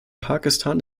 pakistan